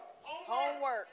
Homework